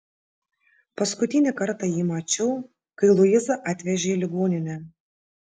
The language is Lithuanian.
paskutinį kartą jį mačiau kai luizą atvežė į ligoninę